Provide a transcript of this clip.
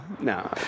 No